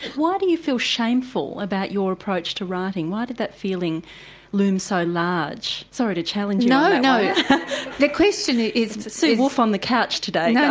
why do you feel shameful about your approach to writing, why did that feeling loom so large? sorry to challenge you know yeah the question is. so woolfe on the couch today. yeah